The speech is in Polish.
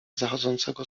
zachodzącego